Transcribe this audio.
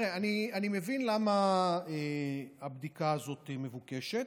אני מבין למה הבדיקה הזו מבוקשת,